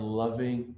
loving